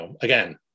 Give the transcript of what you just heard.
again